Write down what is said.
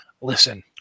listen